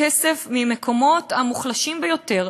כסף מהמקומות המוחלשים ביותר,